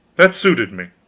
that suited me.